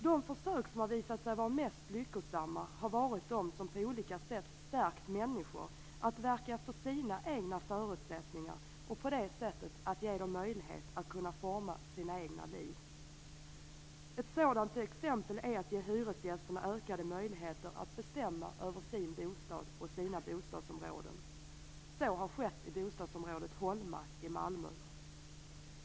De försök som har visat sig vara mest lyckosamma har varit de som på olika sätt stärkt människor att verka efter sina egna förutsättningar. På det sättet har de getts möjlighet att forma sina egna liv. Ett sådant exempel är att ge hyresgästerna ökade möjligheter att bestämma över sin bostad och sitt bostadsområde. Så har skett i bostadsområdet Holma i Malmö.